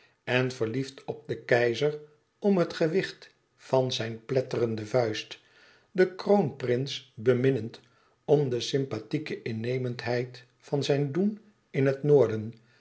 en verliefd op den keizer om het gewicht van zijn pletterende vuist den kroonprins beminnend om de sympathieke innemendheid van zijn doen in het noorden